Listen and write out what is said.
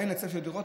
אין היצע דירות,